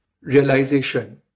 realization